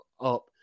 up